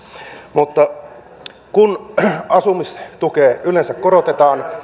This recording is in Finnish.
mutta kun asumistukea yleensä korotetaan